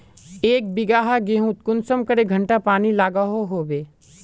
एक बिगहा गेँहूत कुंसम करे घंटा पानी लागोहो होबे?